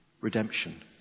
redemption